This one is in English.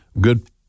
Good